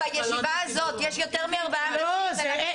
בישיבה הזאת יש יותר מארבעה אנשים --- באמת,